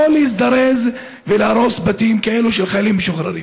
להזדרז ולהרוס בתים כאלה של חיילים משוחררים.